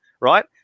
right